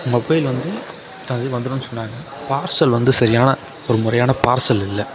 mobile வந்து வந்துரும்ன்னு சொன்னாங்க பார்சல் வந்து சரியான ஒரு முறையான பார்சல் இல்லை